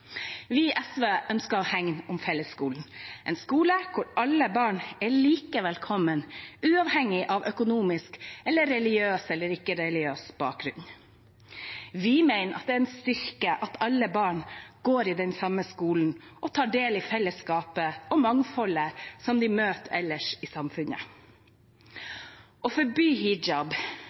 Vi i SV ønsker å hegne om fellesskolen, en skole hvor alle barn er like velkomne, uavhengig av økonomisk eller religiøs eller ikke-religiøs bakgrunn. Vi mener det er en styrke at alle barn går i den samme skolen og tar del i fellesskapet og mangfoldet de møter ellers i samfunnet. Å forby hijab